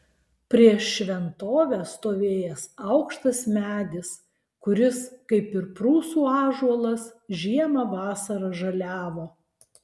prieš šventovę stovėjęs aukštas medis kuris kaip ir prūsų ąžuolas žiemą vasarą žaliavo